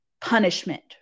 punishment